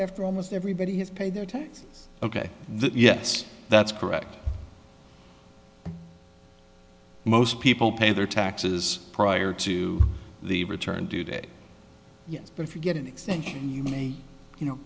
after almost everybody has paid their taxes ok yes that's correct most people pay their taxes prior to the return today yes but if you get an extension you may you know